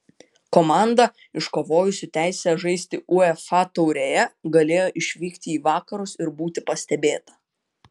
komanda iškovojusi teisę žaisti uefa taurėje galėjo išvykti į vakarus ir būti pastebėta